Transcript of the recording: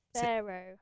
Pharaoh